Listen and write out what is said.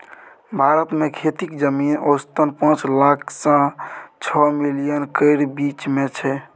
भारत मे खेतीक जमीन औसतन पाँच लाख सँ छअ मिलियन केर बीच मे छै